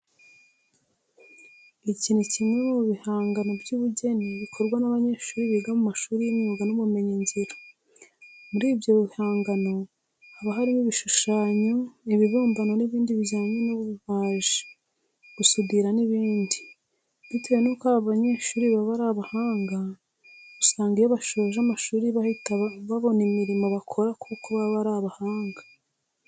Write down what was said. Iki ni kimwe mu bihangano by'ubugeni bikorwa n'abanyeshuri biga mu mashuri y'imyuga n'ibumenyingiro. Muri ibyo bihangano haba harimo ibishushanyo, ibibumbano n'ibindi bijyanye n'ububaji, gusudira n'ibindi. Bitewe nuko aba banyeshuri baba ari abahanga usanga iyo basoje amashuri bahita babona imirimo bakora kuko baba ari abahanga.